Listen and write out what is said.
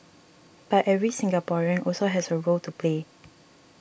but every Singaporean also has a role to play